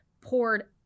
poured